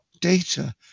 data